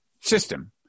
system